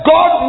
God